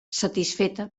satisfeta